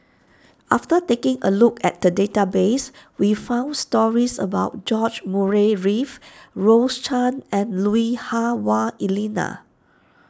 after taking a look at the database we found stories about George Murray Reith Rose Chan and Lui Hah Wah Elena